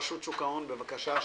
רשות שוק ההון, בבקשה.